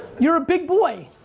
you're a big boy.